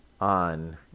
on